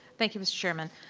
thank you mr. chairman.